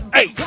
Hey